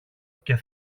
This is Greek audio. και